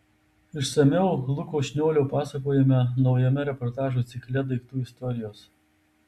išsamiau luko šniolio pasakojime naujame reportažų cikle daiktų istorijos